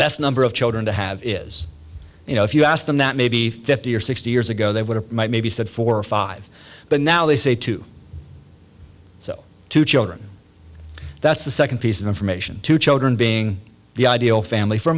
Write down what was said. best number of children to have is you know if you asked them that maybe fifty or sixty years ago they would have maybe said four or five but now they say two so two children that's the second piece of information to children being the ideal family for